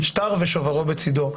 שטר ושוברו בצידו.